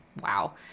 Wow